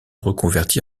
reconverti